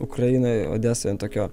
ukrainoj odesoj ant tokio